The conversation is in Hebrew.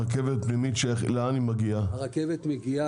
לאן מגיעה הרכבת הפנימית?